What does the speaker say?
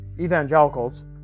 evangelicals